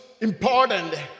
important